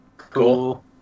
Cool